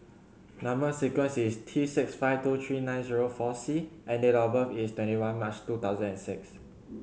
number sequence is T six five two three nine zero four C and date of birth is twenty one March two thousand and six